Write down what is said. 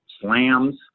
slams